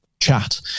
chat